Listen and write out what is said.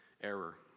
error